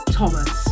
Thomas